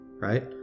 right